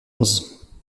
onze